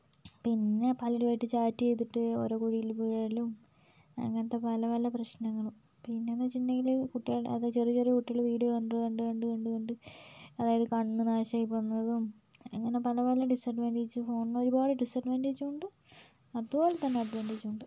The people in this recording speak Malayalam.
പിന്നെ പലരുമായിട്ട് ചാറ്റ് ചെയ്തിട്ട് ഓരോ കുഴിയിൽ പോയി വീഴലും അങ്ങനത്തെ പല പല പ്രശ്നങ്ങളും പിന്നെയെന്ന് വെച്ചിട്ടുണ്ടെങ്കിൽ കുട്ടികളുടെ ചെറിയ ചെറിയ കുട്ടികൾ വീഡിയോ കണ്ട് കണ്ട് കണ്ട് കണ്ട് കണ്ട് അതായത് കണ്ണ് നാശമായി പോകുന്നതും അങ്ങനെ പല പല ഡിസ്ടവൻ്റെജസും ഉണ്ട് ഒരുപാട് ഡിസ്ടവാൻ്റേജും ഉണ്ട് അതുപോലെത്തന്നെ അഡ്വാൻ്റേജും ഉണ്ട്